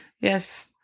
Yes